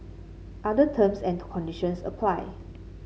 other terms and conditions apply